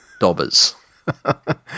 dobbers